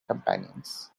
companions